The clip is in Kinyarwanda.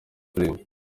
filimi